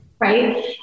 Right